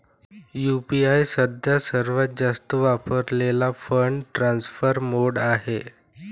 UPI सध्या सर्वात जास्त वापरलेला फंड ट्रान्सफर मोड आहे